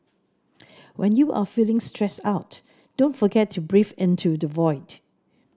when you are feeling stressed out don't forget to breathe into the void